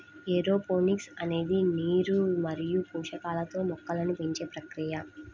aeroponics అనేది నీరు మరియు పోషకాలతో మొక్కలను పెంచే ప్రక్రియ